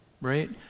right